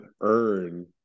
earn